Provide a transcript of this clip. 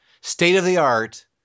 state-of-the-art